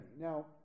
Now